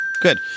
Good